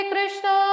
Krishna